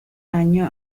año